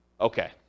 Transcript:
okay